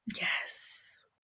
Yes